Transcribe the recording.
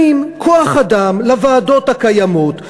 כוח-אדם לוועדות הקיימות,